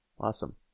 Awesome